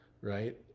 right